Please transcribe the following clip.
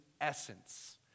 essence